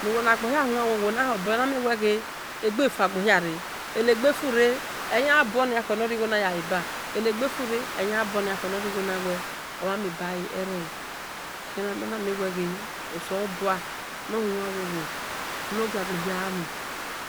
Nagbo hia huan wowo nahobor na mie wel ghe ego ghi fua gbo hia re enegbefure eya buoni akhue nor righo naya leba ene gbefure ena bui ni akhue bhe ghe omhan mie bale o o ero khan wel namie nia ghe oselobua no hua-wo-wo nor gia gbohia gha mho